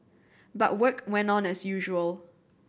but work went on as usual